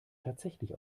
tatsächlich